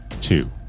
two